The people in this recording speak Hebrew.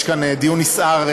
יש כאן דיון נסער,